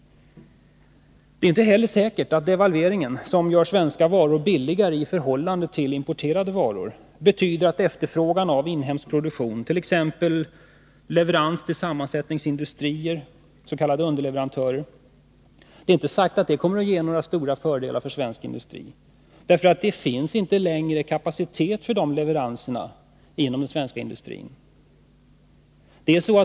Det är inte heller säkert att devalveringen, som gör svenska varor billigare i förhållande till importerade, betyder att efterfrågan av inhemsk produktion — t.ex. för leverans till sammansättningsindustrier, alltså beträffande underleverantörer — kommer att ge några stora fördelar för svensk industri. Det finns inte längre kapacitet för dessa leveranser inom den svenska industrin.